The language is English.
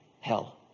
Hell